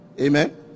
Amen